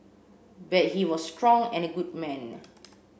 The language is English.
but he was strong and a good man